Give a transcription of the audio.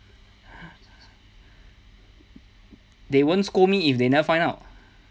they won't scold me if they never find out